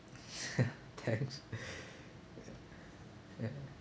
thanks ya